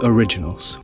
Originals